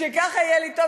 שככה יהיה לי טוב,